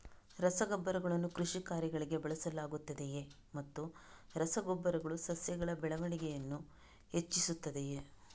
ರಸಗೊಬ್ಬರಗಳನ್ನು ಕೃಷಿ ಕಾರ್ಯಗಳಿಗೆ ಬಳಸಲಾಗುತ್ತದೆಯೇ ಮತ್ತು ರಸ ಗೊಬ್ಬರಗಳು ಸಸ್ಯಗಳ ಬೆಳವಣಿಗೆಯನ್ನು ಹೆಚ್ಚಿಸುತ್ತದೆಯೇ?